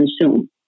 consume